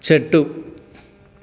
చెట్టు